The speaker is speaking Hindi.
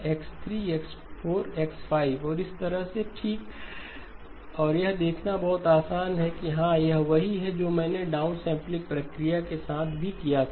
यह X3X4 X5 और इसी तरह से है ठीक और यह देखना बहुत आसान है कि हाँ यह वही है जो मैंने डाउनसैंपलिंग प्रक्रिया के साथ भी किया था